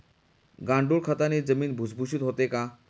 गांडूळ खताने जमीन भुसभुशीत होते का?